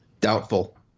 Doubtful